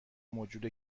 موجود